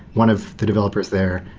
one of the developers there,